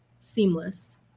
seamless